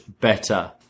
better